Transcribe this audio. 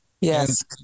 Yes